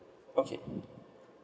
okay